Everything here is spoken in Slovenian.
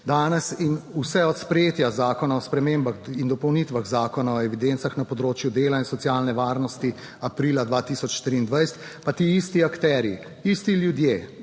Danes in vse od sprejetja Zakona o spremembah in dopolnitvah Zakona o evidencah na področju dela in socialne varnosti aprila 2023 pa ti isti akterji, isti ljudje,